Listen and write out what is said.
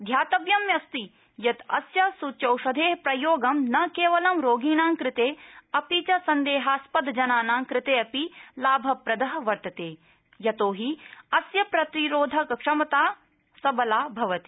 ध्यातव्यमस्ति यत् अस्य सुच्यौषधे प्रयोग न केवलं रोगिणां कृते अपि च सन्देहास्पदानां जनानां कृतेऽपि लाभप्रद वर्तते यतोहि अस्य प्रतिरोधक क्षमता सबला भवति